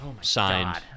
signed